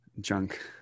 junk